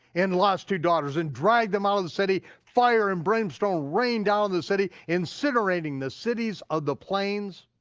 and lot's two daughters, and dragged them out of the city, fire and brimstone rained down on the city, incinerating the cities of the plains.